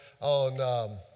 on